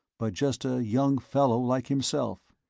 but just a young fellow like himself,